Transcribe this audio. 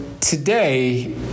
today